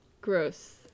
gross